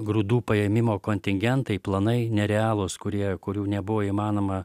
grūdų paėmimo kontingentai planai nerealūs kurie kurių nebuvo įmanoma